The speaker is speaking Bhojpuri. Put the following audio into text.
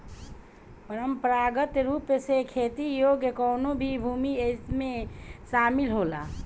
परंपरागत रूप से खेती योग्य कवनो भी भूमि एमे शामिल होला